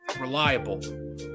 reliable